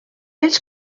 ells